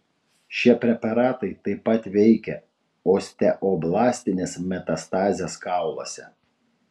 šie preparatai taip pat veikia osteoblastines metastazes kauluose